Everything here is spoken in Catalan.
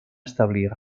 establir